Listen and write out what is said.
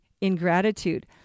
ingratitude